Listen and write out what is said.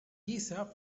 giza